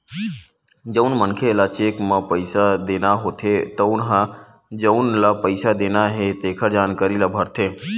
जउन मनखे ल चेक म पइसा देना होथे तउन ह जउन ल पइसा देना हे तेखर जानकारी ल भरथे